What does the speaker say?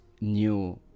new